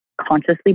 consciously